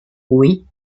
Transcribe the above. oui